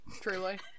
truly